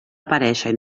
aparèixer